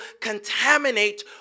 contaminate